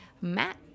Matt